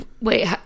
Wait